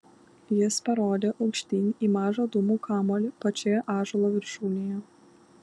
jis parodė aukštyn į mažą dūmų kamuolį pačioje ąžuolo viršūnėje